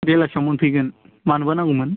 बेलासियाव मोनफैगोन मानोबा नांगौमोन